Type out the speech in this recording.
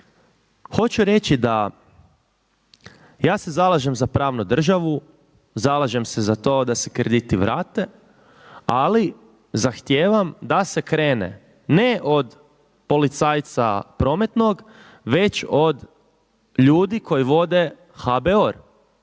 Hoću reći da ja se zalažem za pravnu državu, zalažem se za to da se krediti vrate ali zahtijevam da se krene ne od policajca prometnog, već od ljudi koji vode HBOR.